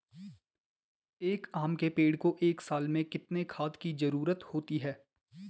एक आम के पेड़ को एक साल में कितने खाद की जरूरत होती है?